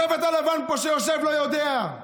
השבט הלבן שיושב פה לא יודע.